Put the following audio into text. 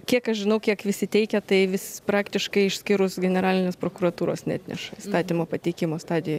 kiek aš žinau kiek visi teikia tai vis praktiškai išskyrus generalinės prokuratūros neatneša įstatymo pateikimo stadijoj